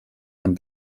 and